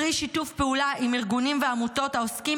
פרי שיתוף פעולה עם ארגונים ועמותות העוסקים